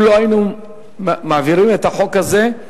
אם לא היינו מעבירים את החוק הזה,